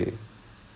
ah